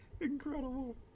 incredible